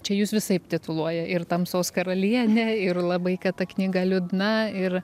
čia jus visaip tituluoja ir tamsos karaliene ir labai kad ta knyga liūdna ir